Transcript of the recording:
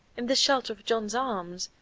in the shelter of john's arms,